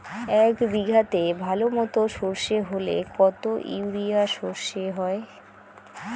এক বিঘাতে ভালো মতো সর্ষে হলে কত ইউরিয়া সর্ষে হয়?